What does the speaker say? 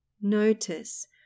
Notice